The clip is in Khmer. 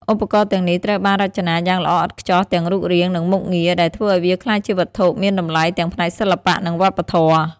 ឧបករណ៍ទាំងនេះត្រូវបានរចនាយ៉ាងល្អឥតខ្ចោះទាំងរូបរាង និងមុខងារ ដែលធ្វើឱ្យវាក្លាយជាវត្ថុមានតម្លៃទាំងផ្នែកសិល្បៈ និងវប្បធម៌។